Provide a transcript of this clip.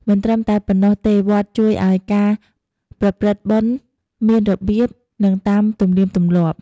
មិនត្រឹមតែប៉ុន្នឹងទេវត្តជួយអោយការប្រព្រឹត្តបុណ្យមានរបៀប និងតាមទំនៀមទម្លាប់។